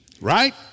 right